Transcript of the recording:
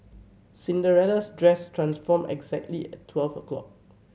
Cinderella's dress transformed exactly at twelve o' clock